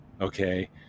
okay